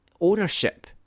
ownership